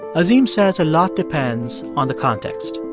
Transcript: azim says a lot depends on the context.